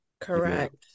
correct